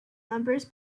numbers